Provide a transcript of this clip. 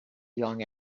young